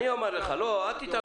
אני אומר לך, אל תתאמץ.